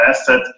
asset